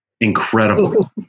Incredible